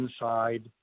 inside